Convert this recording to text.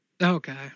Okay